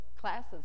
classes